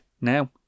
now